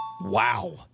Wow